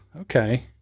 Okay